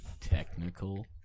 Technical